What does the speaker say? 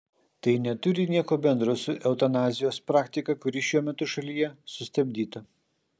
tai neturi nieko bendro su eutanazijos praktika kuri šiuo metu šalyje sustabdyta